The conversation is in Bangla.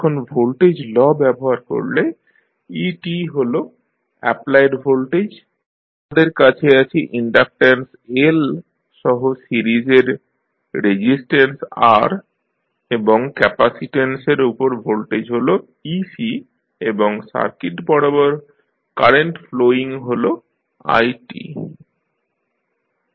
এখন ভোল্টেজ ল ব্যবহার করলে e হল অ্যাপ্লায়েড ভোল্টেজ আমাদের কাছে আছে ইনডাকট্যান্স L সহ সিরিজ এ রেজিস্ট্যান্স R এবং ক্যাপাসিট্যান্স এর উপর ভোল্টেজ হল ec এবং সার্কিট বরাবর কারেন্ট ফ্লোইং হল i